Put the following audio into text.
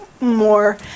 more